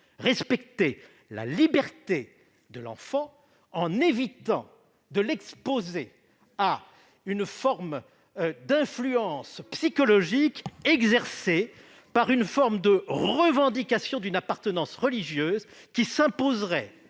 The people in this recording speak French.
respecter la liberté de l'enfant, en évitant de l'exposer à une forme d'influence psychologique exercée par une certaine revendication d'appartenance religieuse qui s'imposerait